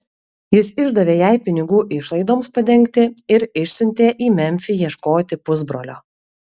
jis išdavė jai pinigų išlaidoms padengti ir išsiuntė į memfį ieškoti pusbrolio